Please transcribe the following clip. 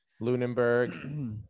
Lunenburg